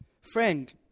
Friend